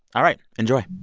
all right, enjoy